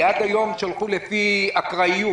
עד היום שלחו באופן אקראי.